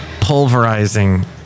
Pulverizing